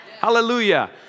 Hallelujah